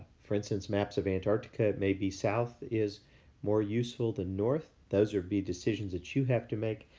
for instance, maps of antarctica maybe, south is more useful than north. those would be decisions that you have to make.